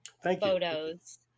Photos